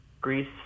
Greece